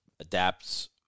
adapts